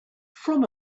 from